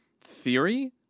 theory